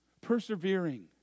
Persevering